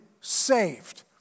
saved